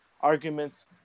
arguments